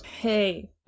hey